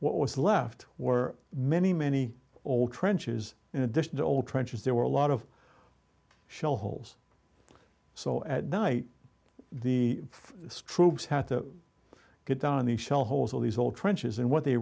what was left were many many old trenches in addition to all trenches there were a lot of shell holes so at night the troops had to get down in the shell holes of these old trenches and what they